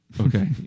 Okay